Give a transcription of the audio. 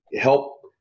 help